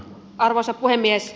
arvoisa puhemies